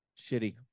Shitty